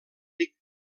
ric